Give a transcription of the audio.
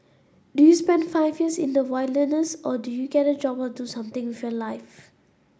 do you spend five years in the wilderness or do you get a job or do something with your life